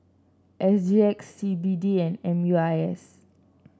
S G X C B D and M U I S